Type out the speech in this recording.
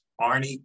Arnie